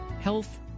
health